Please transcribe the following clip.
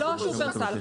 לא שופרסל,